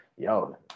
yo